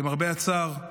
למרבה הצער,